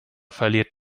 verliert